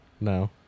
No